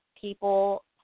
people